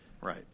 right